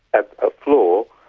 ah a flow,